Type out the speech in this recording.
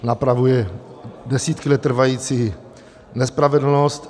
Napravuje desítky let trvající nespravedlnost.